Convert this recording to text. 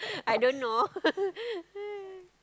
I don't know